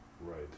Right